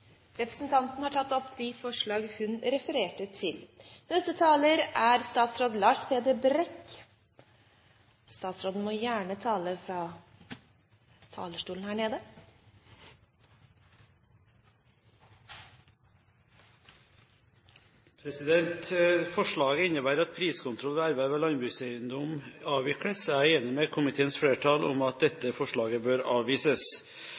Representanten Borghild Tenden har tatt opp de forslag hun refererte til. Forslaget innebærer at priskontrollen ved erverv av landbrukseiendom avvikles. Jeg er enig med komiteens flertall i at dette forslaget bør avvises. Priskontrollen ved erverv av landbrukseiendom følger av konsesjonsloven § 9. Ved avgjørelser av søknader om